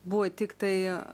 buvo tiktai